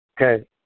Okay